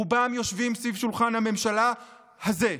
רובם יושבים סביב שולחן הממשלה הזה.